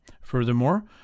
Furthermore